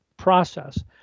Process